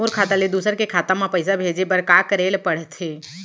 मोर खाता ले दूसर के खाता म पइसा भेजे बर का करेल पढ़थे?